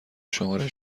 شماره